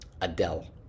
Adele